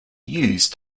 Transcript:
used